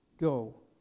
Go